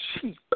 cheap